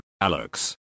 Alex